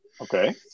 okay